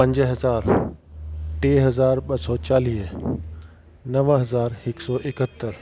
पंज हज़ार टे हज़ार ॿ सौ चालीह नव हज़ार हिकु सौ एकहतरि